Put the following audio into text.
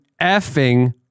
effing